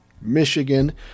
Michigan